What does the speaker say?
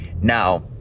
Now